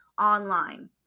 online